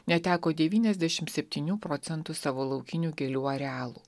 neteko devyniasdešimt septynių procentų savo laukinių gėlių arealų